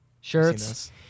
shirts